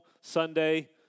Sunday